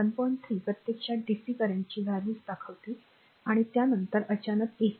3 प्रत्यक्षात डीसी करंटची व्हॅल्यूज दाखवते आणि त्यानंतर अचानक एसी करंट